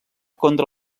contra